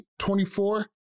24